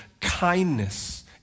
kindness